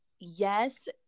Yes